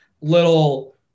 little